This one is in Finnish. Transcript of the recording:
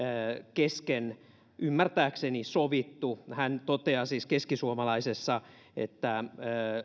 kesken ymmärtääkseni sovittu hän toteaa siis keskisuomalaisessa että